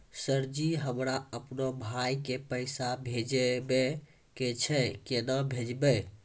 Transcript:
Sir ji हमरा अपनो भाई के पैसा भेजबे के छै, केना भेजबे?